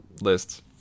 lists